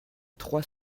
trois